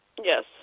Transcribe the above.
Yes